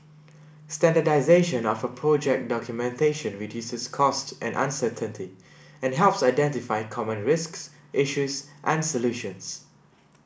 standardisation of project documentation reduces cost and uncertainty and helps identify common risks issues and solutions